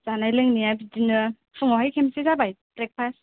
जानाय लोंनाया बिदिनो फुंआवहाय खेबसे जाबाय ब्रेकफास्ट